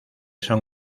son